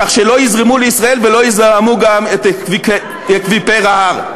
כך שלא יזרמו לישראל ולא יזהמו גם את אקוויפר ההר.